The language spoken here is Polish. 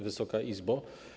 Wysoka Izbo!